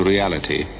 reality